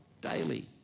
daily